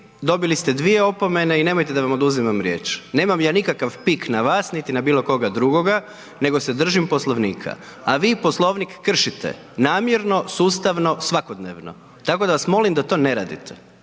dobili ste dvije opomene i nemojte da vam oduzimam riječ. Nemam ja nikakav pik na vas niti na bilo koga drugoga, nego se držim Poslovnika, a vi Poslovnik kršite namjerno, sustavno, svakodnevno. Tako da vas molim da to ne radite,